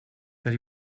that